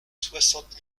soixante